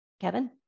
Kevin